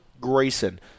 Grayson